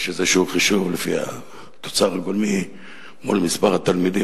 יש איזה חישוב לפי התוצר הגולמי מול מספר התלמידים,